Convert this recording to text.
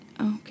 Okay